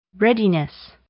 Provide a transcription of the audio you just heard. Readiness